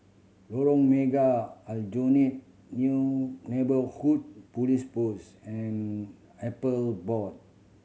Lorong Mega Aljunied New Neighbourhood Police Post and Appeal Board